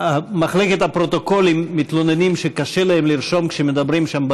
מחלקת הפרוטוקולים מתלוננים שקשה להם לרשום כשמדברים שם,